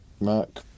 Mark